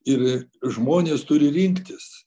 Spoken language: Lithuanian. ir žmonės turi rinktis